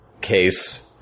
case